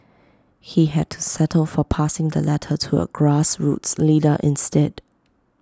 he had to settle for passing the letter to A grassroots leader instead